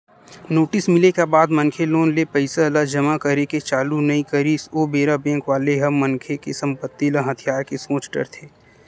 notice मिले के बाद मनखे लोन ले पइसा ल जमा करे के चालू नइ करिस ओ बेरा बेंक वाले ह मनखे के संपत्ति ल हथियाये के सोच डरथे